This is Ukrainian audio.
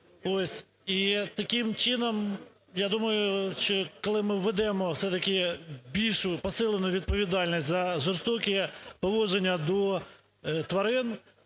і таким чином, я думаю, що коли ми введемо все-таки більш посилену відповідальність за жорстоке поводження до тварин,